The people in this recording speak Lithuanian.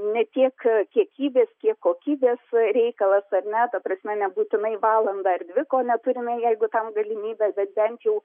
ne tiek kiekybės kiek kokybės reikalas ar ne ta prasme nebūtinai valandą ar dvi kol neturime jeigu tam galimybės bet bent jau